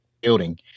building